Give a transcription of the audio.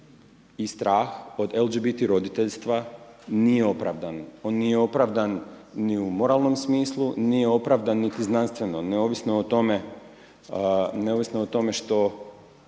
i strah od LGBT roditeljstva nije opravdan. On nije opravdan ni u moralnom smislu, nije opravdan niti znanstveno, neovisno o tome što